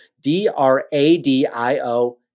D-R-A-D-I-O